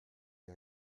les